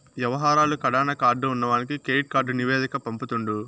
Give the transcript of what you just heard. యవహారాలు కడాన కార్డు ఉన్నవానికి కెడిట్ కార్డు నివేదిక పంపుతుండు